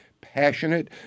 passionate